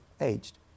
aged